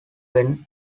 when